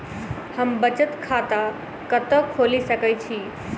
हम बचत खाता कतऽ खोलि सकै छी?